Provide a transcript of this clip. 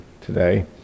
today